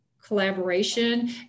collaboration